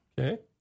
Okay